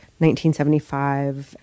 1975